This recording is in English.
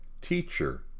teacher